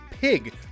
pig